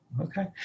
okay